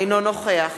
אינו נוכח